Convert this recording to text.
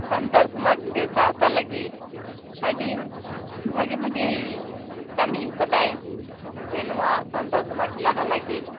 ᱥᱟᱱᱛᱟᱲ ᱥᱚᱢᱟᱡᱽ ᱥᱮ ᱥᱟᱶᱛᱟ ᱞᱟ ᱜᱤᱫ ᱟᱹᱰᱤ ᱵᱷᱟ ᱜᱮ ᱵᱷᱟ ᱜᱮᱹ ᱠᱟᱢᱤ ᱟᱠᱟᱫᱟᱭ ᱥᱮ ᱱᱚᱣᱟ ᱥᱟᱱᱛᱟᱲ ᱥᱚᱢᱟᱡᱽ ᱞᱟᱦᱟ ᱞᱟᱹᱜᱤᱫ